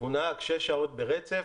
הוא נהג שש שעות ברצף,